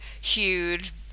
huge